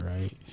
right